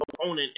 opponent